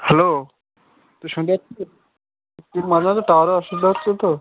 hello তুই শুনতে পাচ্ছিস তো মাঝে মাঝে টাওয়ারের অসুবিধা হচ্ছে তো